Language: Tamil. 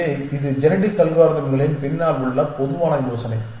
எனவே இது ஜெனடிக் அல்காரிதம்களின் பின்னால் உள்ள பொதுவான யோசனை